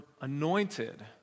anointed